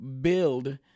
build